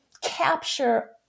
capture